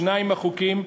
שניים מהחוקים,